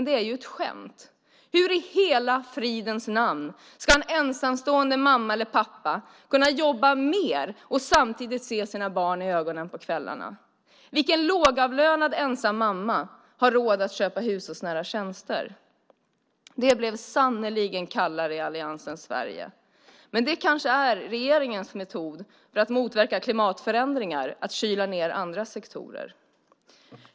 Det är ett skämt! Hur i hela fridens namn ska en ensamstående mamma eller pappa kunna jobba mer och samtidigt se sina barn i ögonen på kvällarna? Vilken lågavlönad ensam mamma har råd att köpa hushållsnära tjänster? Det blev sannerligen kallare i alliansens Sverige. Men det kanske är regeringens metod för att motverka klimatförändringar - att kyla ned andra sektorer.